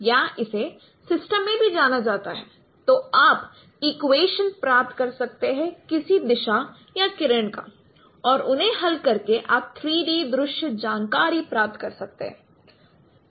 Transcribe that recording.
या इसे सिस्टम में भी जाना जाता है तो आप इक्वेशन प्राप्त कर सकते हैं किसी दिशा या किरण का और उन्हें हल करके आप 3 डी दृश्य जानकारी प्राप्त कर सकते हैं